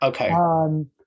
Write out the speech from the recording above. Okay